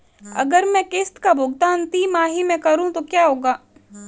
अगर मैं किश्त का भुगतान तिमाही में करूं तो क्या होगा?